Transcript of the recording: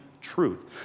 truth